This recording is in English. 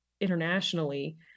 internationally